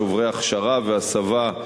שוברי הכשרה והסבה,